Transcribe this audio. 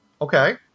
Okay